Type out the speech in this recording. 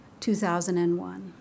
2001